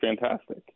fantastic